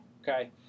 Okay